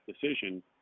decision